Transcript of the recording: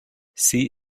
sie